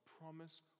promise